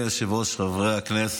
אשכנזי ואתיופית.